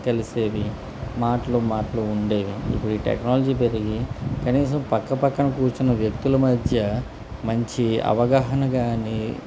తెలిసేవి మాటలు మాటలు ఉండేవి ఇప్పుడు ఈ టెక్నాలజీ పెరిగి కనీసం పక్క పక్కన కూర్చున వ్యక్తుల మధ్య మంచి అవగాహన కాని